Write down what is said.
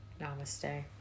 Namaste